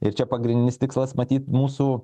ir čia pagrindinis tikslas matyt mūsų